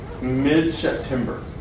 mid-September